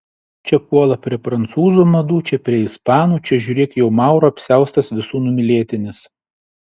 čia puola prie prancūzų madų čia prie ispanų čia žiūrėk jau maurų apsiaustas visų numylėtinis